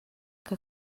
que